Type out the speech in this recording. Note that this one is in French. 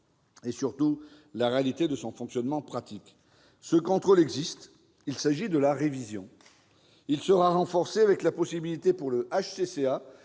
et, surtout, la réalité de son fonctionnement pratique. Ce contrôle existe : il s'agit de la révision. Il sera renforcé, avec la possibilité, pour le HCCA,